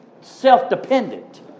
self-dependent